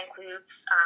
includes